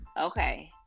Okay